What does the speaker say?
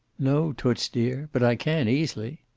no, toots dear. but i can, easily.